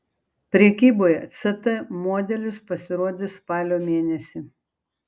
prekyboje ct modelis pasirodys spalio mėnesį